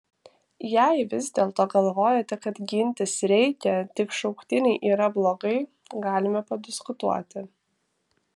jei vis dėlto galvojate kad gintis reikia tik šauktiniai yra blogai galime padiskutuoti